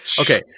Okay